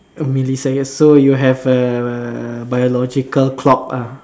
oh millisecond so you have a biological clock ah